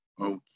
okay